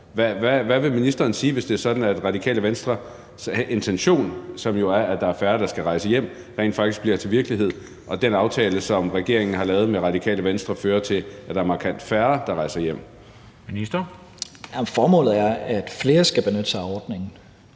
Hvad vil ministeren sige, hvis det er sådan, at Det Radikale Venstres intention, som jo er, at der er færre, der skal rejse hjem, rent faktisk bliver til virkelighed, og hvis den aftale, som regeringen har lavet med Det Radikale Venstre, fører til, at der er markant færre, der rejser hjem? Kl. 15:27 Formanden (Henrik Dam Kristensen): Ministeren.